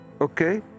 okay